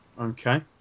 Okay